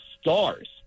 stars